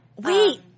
Wait